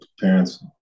parents